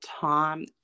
Tom